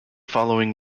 following